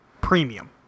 premium